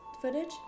footage